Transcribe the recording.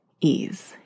ease